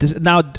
Now